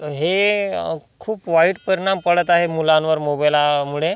हे खूप वाईट परिणाम पडत आहे मुलांवर मोबाईलामुळे